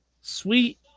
sweet